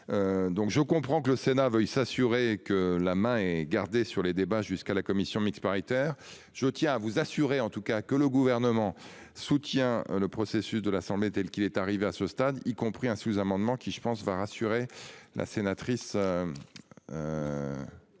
Donc je comprends que le Sénat veuille s'assurer que la main et garder sur les débats jusqu'à la commission mixte paritaire, je tiens à vous assurer en tous cas que le gouvernement soutient le processus de l'Assemblée telle qu'il est arrivé à ce stade, y compris un sous-amendement qui je pense va rassurer la sénatrice.